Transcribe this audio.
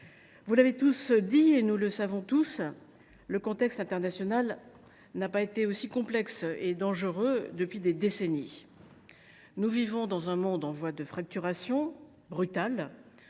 Vous l’avez tous dit, et nous le savons tous : le contexte international n’a pas été aussi complexe et dangereux depuis des décennies. Nous vivons dans un monde en voie de fracturation, brutal,